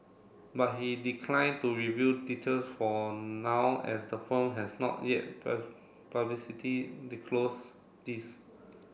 but he declined to reveal details for now as the firm has not yet these